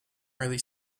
early